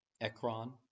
ekron